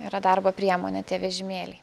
yra darbo priemonė tie vežimėliai